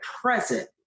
present